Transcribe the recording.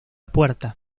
puerta